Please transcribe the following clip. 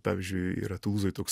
pavyzdžiui yra tulūzoj toks